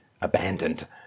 abandoned